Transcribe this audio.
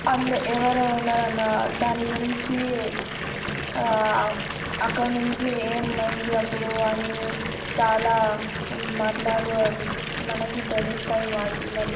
అంతే ఎవరెవరు ఉన్నారు అన్న దాని గురించి అక్కడ నుంచి ఏమైంది అప్పుడు అని చాలా మాట్లాలు మనకి తెలుస్తాయి మాటలు